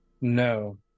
No